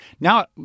Now